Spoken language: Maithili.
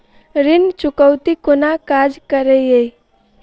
ऋण चुकौती कोना काज करे ये?